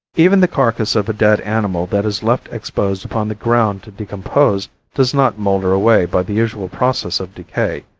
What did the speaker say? even the carcass of a dead animal that is left exposed upon the ground to decompose does not moulder away by the usual process of decay,